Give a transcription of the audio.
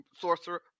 sorcerer